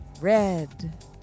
Red